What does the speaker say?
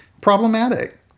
problematic